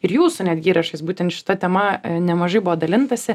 ir jūsų netgi įrašais būtent šita tema nemažai buvo dalintasi